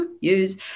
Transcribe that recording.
Use